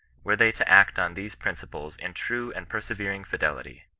were they to act on these principles in true and persevering fidelity.